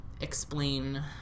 explain